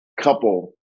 couple